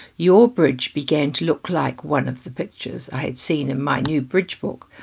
your bridge began to look like one of the pictures i had seen in my new bridge book.